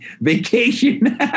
Vacation